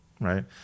right